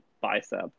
bicep